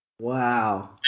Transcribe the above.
Wow